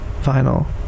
vinyl